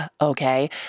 okay